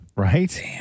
Right